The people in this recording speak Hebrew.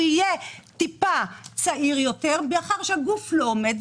יהיה טיפה צעיר יותר מאחר שהגוף לא עומד,